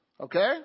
Okay